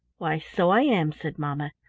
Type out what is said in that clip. why, so i am, said mamma.